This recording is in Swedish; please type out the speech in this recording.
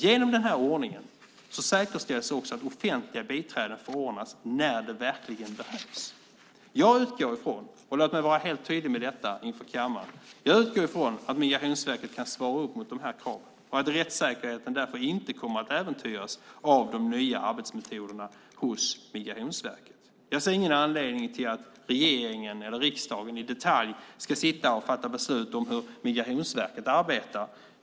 Genom den här ordningen säkerställs också att offentliga biträden förordnas när det verkligen behövs. Jag utgår från, låt mig vara helt tydlig med detta inför kammaren, att Migrationsverket kan svara upp mot de här kraven och att rättssäkerheten därför inte kommer att äventyras av de nya arbetsmetoderna hos Migrationsverket. Jag ser ingen anledning att regeringen eller riksdagen i detalj ska fatta beslut om hur Migrationsverket arbetar.